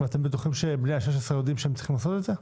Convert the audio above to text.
אתם בטוחים שבני ה-16 יודעים שהם צריכים לעשות את זה?